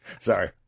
sorry